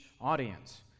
audience